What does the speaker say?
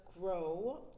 grow